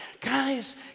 Guys